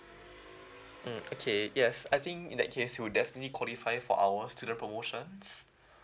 mm okay yes I think in that case you'll definitely qualify for our student promotions